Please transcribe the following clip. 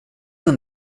den